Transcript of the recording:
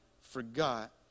forgot